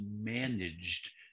managed